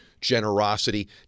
generosity